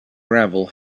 gravel